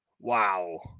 Wow